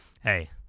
Hey